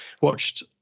watched